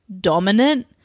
dominant